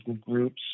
groups